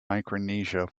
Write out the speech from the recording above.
micronesia